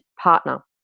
partner